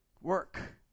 work